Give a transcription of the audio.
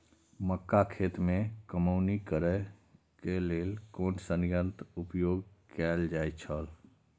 मक्का खेत में कमौनी करेय केय लेल कुन संयंत्र उपयोग कैल जाए छल?